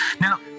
Now